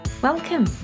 Welcome